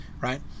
right